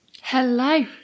Hello